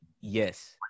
Yes